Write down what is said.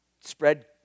spread